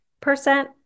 percent